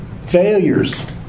failures